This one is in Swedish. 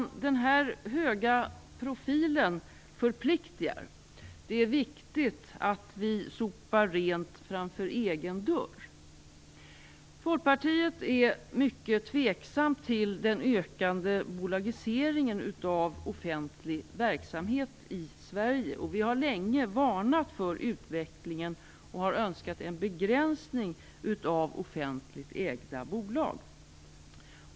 Men den här höga profilen förpliktigar. Det är viktigt att vi sopar rent framför egen dörr. Folkpartiet är mycket tveksamt till den ökande bolagiseringen av offentlig verksamhet i Sverige. Vi har länge varnat för utvecklingen och har önskat en begränsning av offentligt ägda bolag.